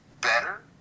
better